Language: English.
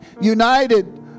united